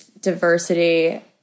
diversity